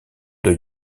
deux